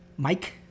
Mike